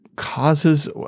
causes